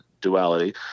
duality